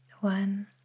one